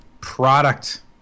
product